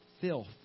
filth